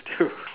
to